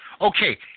Okay